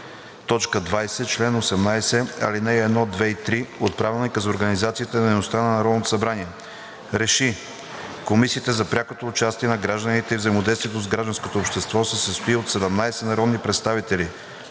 2, т. 20, чл. 18, ал. 1, 2 и 3 от Правилника за организацията и дейността на Народното събрание РЕШИ: 1. Комисията за прякото участие на гражданите и взаимодействието с гражданското общество се състои от 17 народни представители,